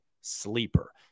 Sleeper